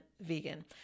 vegan